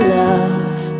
love